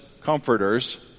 comforters